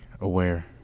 aware